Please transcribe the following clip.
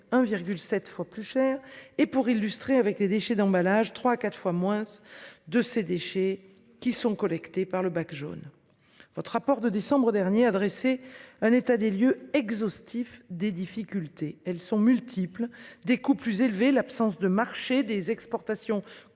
1,7 fois plus cher et pour illustrer avec les déchets d'emballages trois à quatre fois moins de ces déchets qui sont collectés par le bac jaune. Votre rapport de décembre dernier a dressé un état des lieux exhaustif des difficultés elles sont multiples, des coûts plus élevés, l'absence de marché des exportations compliqué.